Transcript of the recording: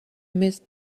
miss